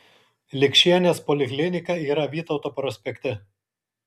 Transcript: likšienės poliklinika yra vytauto prospekte